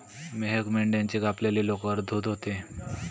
मेहक मेंढ्याची कापलेली लोकर धुत होती